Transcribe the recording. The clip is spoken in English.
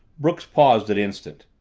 brooks paused an instant.